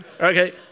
Okay